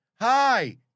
Hi